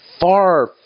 far